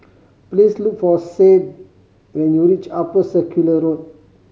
please look for Sadye when you reach Upper Circular Road